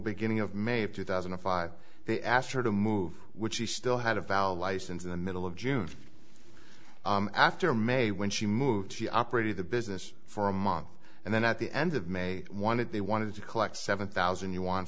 beginning of may of two thousand and five they asked her to move which she still had a valid license in the middle of june after may when she moved operated the business for a month and then at the end of may one it they wanted to collect seven thousand you want